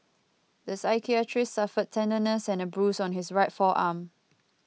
the psychiatrist suffered tenderness and a bruise on his right forearm